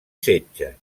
setges